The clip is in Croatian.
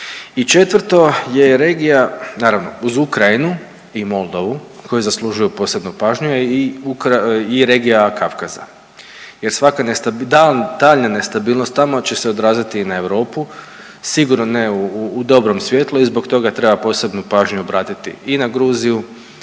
četvrto je regija, naravno uz Ukrajinu i Moldavu koji zaslužuju posebnu pažnju je i regija Kavkaza jer svaka nestabilnost, daljnja nestabilnost tamo će se odraziti i Europu sigurno ne u dobrom svjetlu i zbog toga treba posebnu pažnju obratiti i na Gruziju,